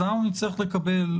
אז אנחנו נצטרך לקבל,